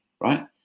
Right